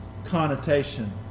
connotation